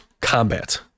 combat